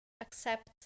accept